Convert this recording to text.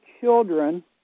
children